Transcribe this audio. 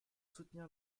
soutenir